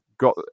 got